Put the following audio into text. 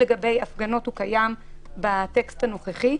החידוש לגבי הפגנות קיים בטקסט הנוכחי,